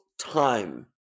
time